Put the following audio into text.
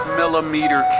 millimeter